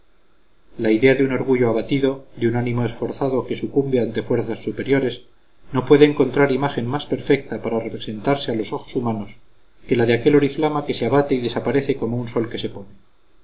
la idea de un orgullo abatido de un ánimo esforzado que sucumbe ante fuerzas superiores no puede encontrar imagen más perfecta para representarse a los ojos humanos que la de aquel oriflama que se abate y desaparece como un sol que se pone